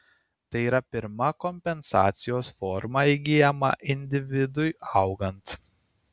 tai yra pirma kompensacijos forma įgyjama individui augant